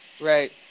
Right